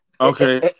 Okay